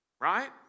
Right